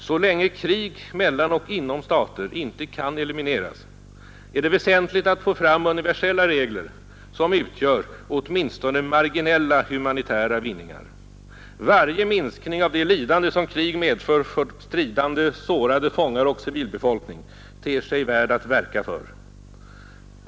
Så länge krig mellan och inom stater inte kan elimineras är det väsentligt att få fram universella regler som utgör åtminstone marginella humanitära vinningar. Varje minskning av det lidande som krig medför för stridande, sårade, fångar och civilbefolkning ter sig värd att verka för.